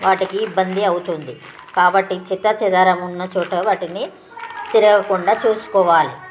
వాటికి ఇబ్బంది అవుతుంది కాబట్టి చెత్తచెదారం ఉన్న చోట వాటిని తిరగకుండా చూసుకోవాలి